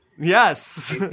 Yes